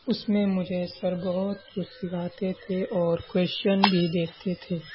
اس میں مجھے سر بہت کچھ سکھاتے تھے اور کوئششن بھی دیتے تھے